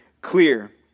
clear